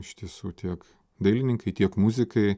iš tiesų tiek dailininkai tiek muzikai